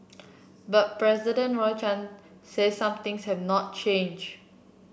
but President Roy Chan says some things have not changed